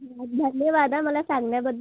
धन्यवाद हा मला सांगण्याबद्दल